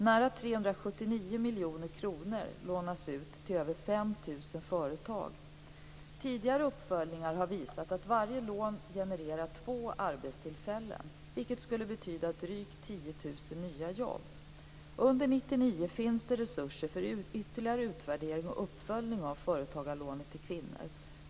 Nära 379 miljoner kronor lånas ut till över 5 000 företag. Tidigare uppföljningar har visat att varje lån genererar två arbetstillfällen, vilket skulle betyda drygt 10 000 nya jobb. Under 1999 finns det resurser för ytterligare utvärdering och uppföljning av företagarlånet till kvinnor.